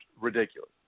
ridiculous